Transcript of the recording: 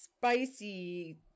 spicy